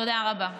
תודה רבה.